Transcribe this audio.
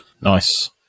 nice